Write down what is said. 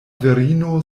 virino